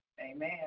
Amen